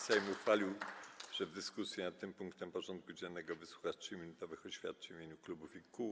Sejm uchwalił, że w dyskusji nad tym punktem porządku dziennego wysłucha 3-minutowych oświadczeń w imieniu klubów i kół.